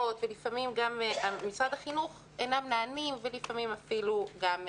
ולפעמים גם משרד החינוך אינם נענים ולפעמים אפילו גם פוסלים.